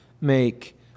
make